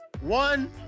one